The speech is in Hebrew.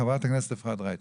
חברת הכנסת אפרת רייטן.